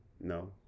No